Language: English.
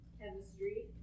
chemistry